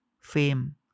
fame